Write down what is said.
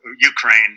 Ukraine